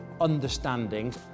understanding